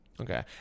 Okay